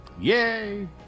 Yay